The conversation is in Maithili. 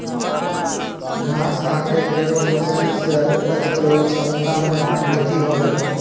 घास काटै केरो मसीन सें उपज केरो क्षमता में बृद्धि हौलै